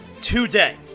today